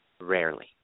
rarely